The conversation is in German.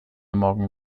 morgen